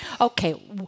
Okay